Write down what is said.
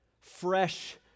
fresh